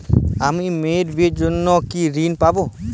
আমি মেয়ের বিয়ের জন্য কি ঋণ পাবো?